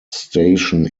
station